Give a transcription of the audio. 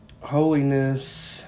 holiness